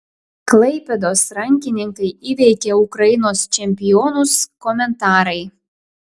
klaipėdos rankininkai įveikė ukrainos čempionus komentarai